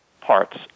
parts